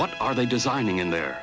what are they designing in there